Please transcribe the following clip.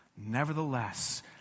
Nevertheless